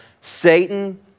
Satan